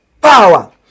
power